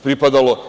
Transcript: Pripadalo.